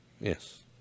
Yes